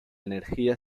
energía